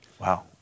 Wow